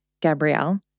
Gabrielle